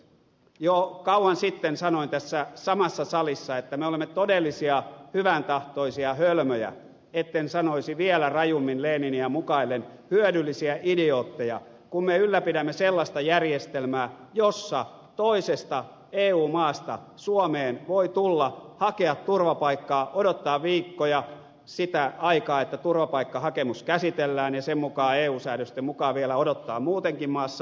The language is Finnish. jo kauan sitten sanoin tässä samassa salissa että me olemme todellisia hyväntahtoisia hölmöjä etten sanoisi vielä rajummin leniniä mukaillen hyödyllisiä idiootteja kun me ylläpidämme sellaista järjestelmää jossa toisesta eu maasta suomeen voi tulla hakea turvapaikkaa odottaa viikkoja että turvapaikkahakemus käsitellään ja eu säädösten mukaan vielä odottaa muutenkin maassa